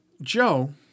Joe